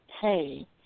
hey